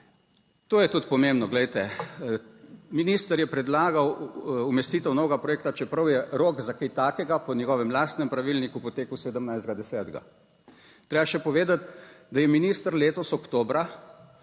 To je tudi pomembno, glejte, minister je predlagal umestitev novega projekta, čeprav je rok za kaj takega po njegovem lastnem pravilniku potekel 17. 10. Treba je še povedati, da je minister letos oktobra